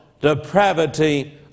depravity